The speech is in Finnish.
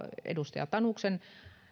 edustaja tanuksen